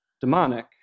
demonic